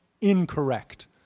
incorrect